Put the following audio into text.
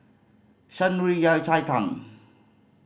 Shan Rui Yao Cai Tang